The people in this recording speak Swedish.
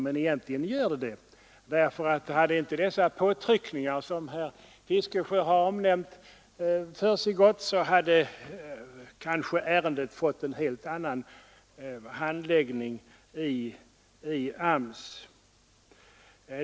Hade inte de nämnda påtryckningarna förekommit, hade ärendet säkert fått en helt annan handläggning av AMS.